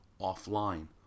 offline